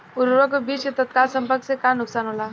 उर्वरक व बीज के तत्काल संपर्क से का नुकसान होला?